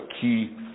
key